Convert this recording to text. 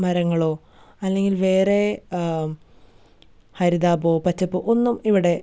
മരങ്ങളോ അല്ലെങ്കിൽ വേറെ ഹരിതാപമോ പച്ചപ്പോ ഒന്നും ഇവിടെ